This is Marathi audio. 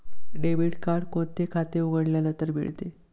डेबिट कार्ड कोणते खाते उघडल्यानंतर मिळते?